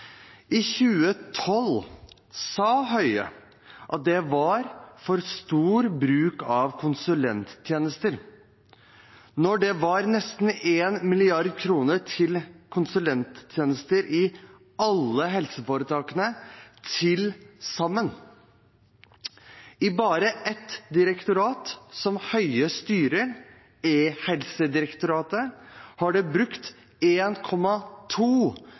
I 2012 sa Høie at det var for stor bruk av konsulenttjenester når det var nesten én milliard kroner til konsulenttjenester i alle helseforetakene til sammen. I bare ett direktorat, som Høie styrer, e-helsedirektoratet, har de brukt